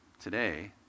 today